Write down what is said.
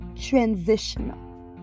transitional